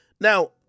Now